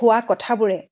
হোৱা কথাবোৰে